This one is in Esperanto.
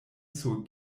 sur